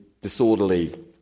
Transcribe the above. disorderly